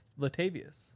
Latavius